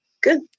Good